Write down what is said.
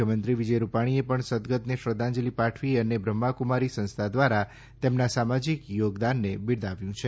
મુખ્યમંત્રી વિજય રૂપાણીએ પણ સદ્દગતને શ્રદ્ધાંજલી પાઠવી છે અને બ્રહ્માકુમારી સંસ્થા દ્વારા તેમના સામાજીક યોગદાનને બિરદાવ્યું છે